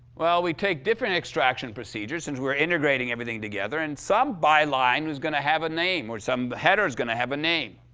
well, we take different extraction procedures, and we're integrating everything together, and some byline is gonna have a name, or some header's gonna have a name.